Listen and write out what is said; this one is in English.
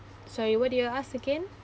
sorry what do you ask again